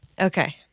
Okay